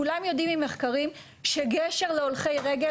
כולם יודעים ממחקרים שגשר להולכי רגל